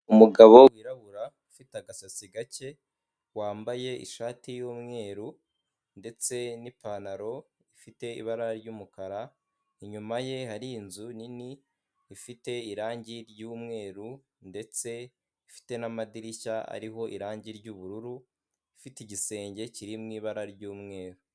Umugabo wirabura ufite agasatsi gake wambaye ishati y'umweru ndetse n'ipantaro ifite ibara ry'umukara, inyuma ye hari inzu nini ifite irangi ry'umweru ndetse ifite n'amadirishya ariho irangi ry'ubururu, ifite igisenge kiri mu ibara ry'umweru.